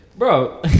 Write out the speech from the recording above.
Bro